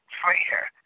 prayer